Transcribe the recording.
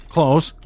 Close